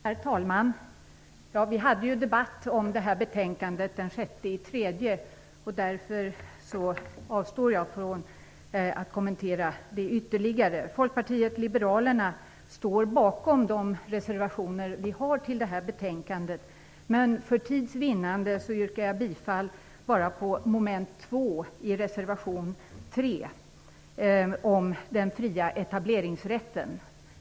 Herr talman! Vi hade en debatt om detta betänkande den 6 mars. Därför avstår jag från att kommentera det ytterligare. Folkpartiet liberalerna står bakom de reservationer vi har till betänkandet, men för tids vinnande yrkar jag bifall enbart till mom. 2 i reservation 3 om den fria etableringsrätten.